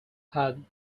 had